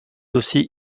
aussi